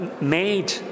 made